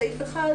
סעיף 1,